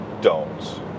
don'ts